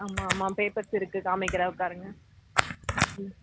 ஆமாம் ஆமாம் பேப்பர்ஸ் இருக்கு காமிக்கிறேன் உட்காருங்க ம்